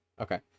Okay